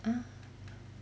!huh!